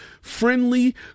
friendly